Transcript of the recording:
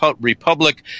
republic